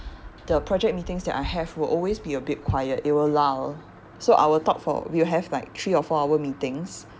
the project meetings that I have will always be a bit quiet it will lull so I will talk for we will have like three or four hour meetings